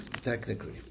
technically